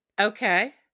Okay